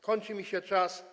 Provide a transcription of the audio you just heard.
Kończy mi się czas.